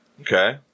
Okay